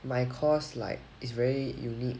my course like it's very unique